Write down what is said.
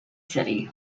city